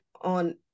on